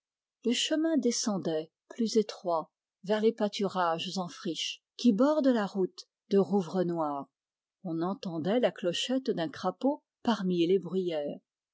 le chemin descendait vers les pâturages en friche qui bordent la route de rouvrenoir on entendait la clochette d'un crapaud parmi les bruyères